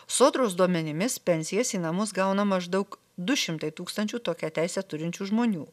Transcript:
sodros duomenimis pensijas į namus gauna maždaug du šimtai tūkstančių tokią teisę turinčių žmonių